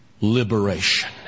liberation